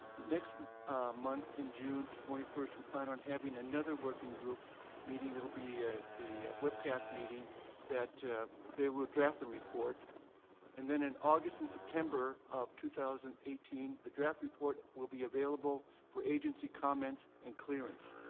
next month in june twenty first we plan on having another working group meeting that will be a webcast meeting that they will draft the report and then in august and september of two thousand and eighteen the draft report will be available for agency comments and clearance.